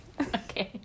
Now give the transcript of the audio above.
okay